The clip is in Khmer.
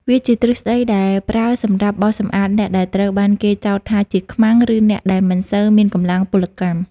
វាជាទ្រឹស្តីដែលប្រើសម្រាប់បោសសម្អាតអ្នកដែលត្រូវបានគេចោទថាជាខ្មាំង ឬអ្នកដែលមិនសូវមានកម្លាំងពលកម្ម។